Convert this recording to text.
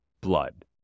blood